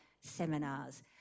seminars